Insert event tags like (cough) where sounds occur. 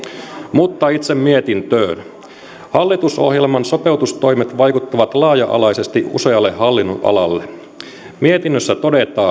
mutta itse mietintöön hallitusohjelman sopeutustoimet vaikuttavat laaja alaisesti usealle hallinnonalalle mietinnössä todetaan (unintelligible)